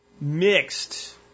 mixed